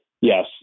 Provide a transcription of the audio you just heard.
Yes